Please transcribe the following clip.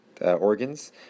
organs